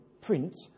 print